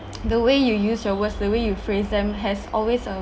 the way you use your words the way you phrase them has always uh